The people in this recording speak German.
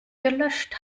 gelöscht